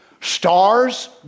Stars